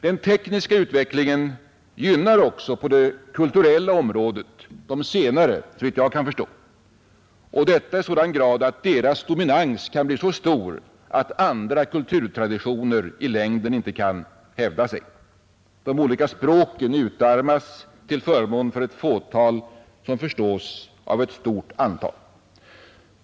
Den tekniska utvecklingen gynnar också på det kulturella området de senare, såvitt jag kan förstå, och detta i sådan grad att deras dominans kan bli så stor att andra kulturtraditioner i längden inte kan hävda sig. De olika språken utarmas till förmån för ett fåtal, som förstås av ett stort antal.